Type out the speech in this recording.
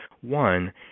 one